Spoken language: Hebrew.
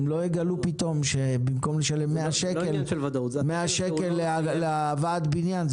הם לא יגלו פתאום שבמקום לשלם 100 שקל לוועד הבניין,